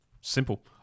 Simple